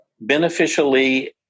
beneficially